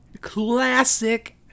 Classic